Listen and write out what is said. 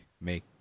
make